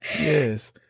Yes